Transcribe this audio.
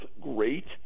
great